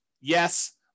Yes